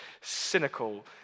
cynical